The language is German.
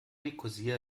nikosia